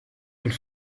und